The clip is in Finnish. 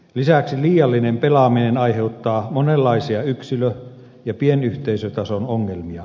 lisäksi liiallinen pelaaminen aiheuttaa monenlaisia yksilö ja pienyhteisötason ongelmia